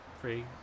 free